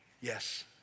Yes